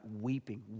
weeping